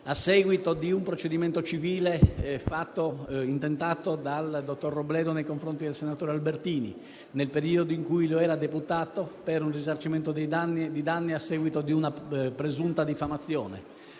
a seguito di un procedimento civile intentato dal dottor Robledo nei confronti del senatore Albertini nel periodo in cui era eurodeputato per un risarcimento di danni a seguito di una presunta diffamazione